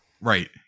Right